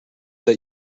that